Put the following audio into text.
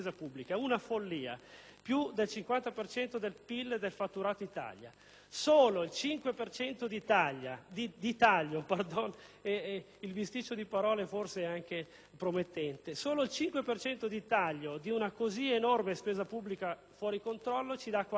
per cento del PIL e del fatturato Italia. Solo il 5 per cento di taglio di una così enorme spesa pubblica fuori controllo ci dà 40 miliardi di euro all'anno,